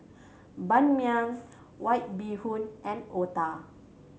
Ban Mian White Bee Hoon and otah